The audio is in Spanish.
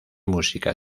música